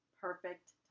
Perfect